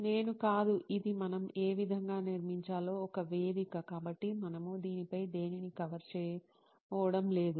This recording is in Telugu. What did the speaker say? నేను కాదు ఇది మనం ఏ విధంగా నిర్మించాలో ఒక వేదిక కాబట్టి మనము దీనిపై దేనినీ కవర్ చేయబోవడం లేదు